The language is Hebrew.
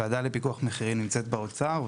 הוועדה לפיקוח מחירים נמצאת באוצר,